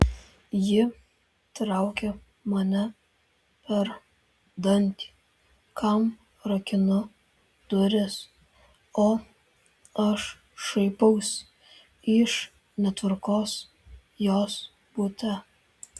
ji traukia mane per dantį kam rakinu duris o aš šaipausi iš netvarkos jos bute